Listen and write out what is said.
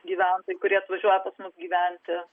gyventojai kurie atvažiuoja pas mus gyventi